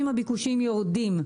אם הביקושים יורדים,